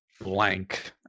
blank